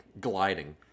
gliding